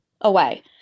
away